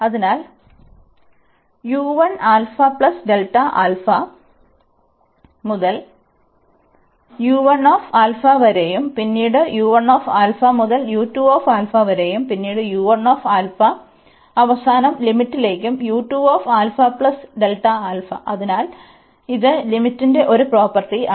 അതിനാൽ മുതൽ വരെയും പിന്നീട് മുതൽ വരെയും പിന്നീട് അവസാന ലിമിറ്റിലേക്കും അതിനാൽ ഇത് ലിമിറ്റിന്റെ ഒരു പ്രോപ്പർട്ടിയാണ്